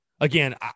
Again